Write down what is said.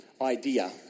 idea